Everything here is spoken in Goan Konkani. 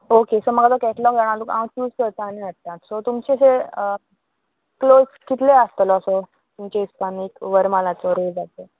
ओके सो म्हाका तो कॅटलॉग जाणातुका तो हांव चूज करता आनी हाडटा सो तुमचे जे क्लोज कितले आसतलो असो तुमच्या इसपान एक वरमालाचो रोजाचो